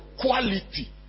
quality